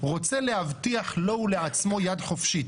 רוצה להבטיח לו ולעצמו יד חופשית.